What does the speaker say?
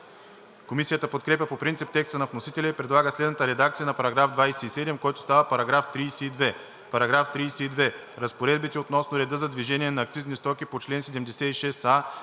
Комисията подкрепя по принцип текста на вносителя и предлага следната редакция на § 27, който става § 32: „§ 32. Разпоредбите относно реда за движение на акцизни стоки по чл. 76а,